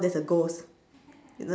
there's a ghost you know